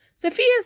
Sophia's